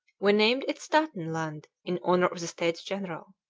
we named it staaten land in honour of the states-general.